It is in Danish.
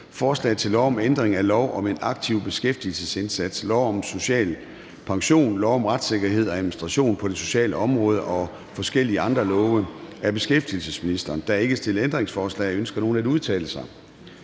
Forslag til lov om ændring af lov om en aktiv beskæftigelsesindsats, lov om social pension, lov om retssikkerhed og administration på det sociale område og forskellige andre love. (Mulighed for dispensation til eksport af pensionstillæg